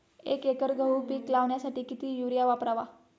एक एकर गहू पीक लावण्यासाठी किती युरिया वापरावा?